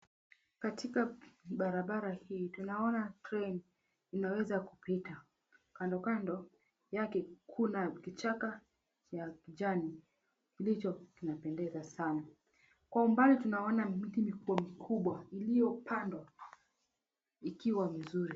Katika barabara hii tunaona treini inaweza kupita. Kandokando yake kuna kichaka ya kijani kilicho kinapendeza sana. Kwa umbali tunaona miti mikubwa mikubwa iliyopandwa ikiwa vizuri.